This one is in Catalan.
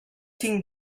tinc